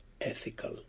ethical